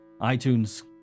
iTunes